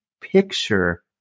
Picture